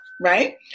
right